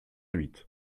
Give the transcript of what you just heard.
huit